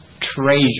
treasure